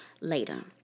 later